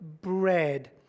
bread